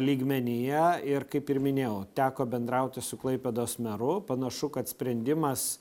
lygmenyje ir kaip ir minėjau teko bendrauti su klaipėdos meru panašu kad sprendimas